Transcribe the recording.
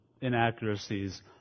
inaccuracies